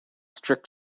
strict